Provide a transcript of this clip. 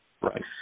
Right